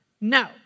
No